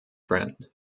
friend